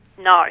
No